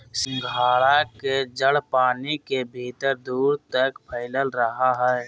सिंघाड़ा के जड़ पानी के भीतर दूर तक फैलल रहा हइ